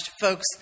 folks